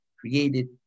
created